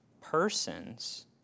persons